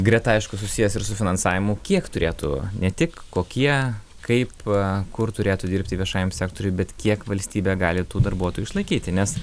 greta aišku susijęs ir su finansavimu kiek turėtų ne tik kokie kaip kur turėtų dirbti viešajam sektoriui bet kiek valstybė gali tų darbuotojų išlaikyti nes